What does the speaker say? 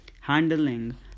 handling